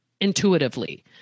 intuitively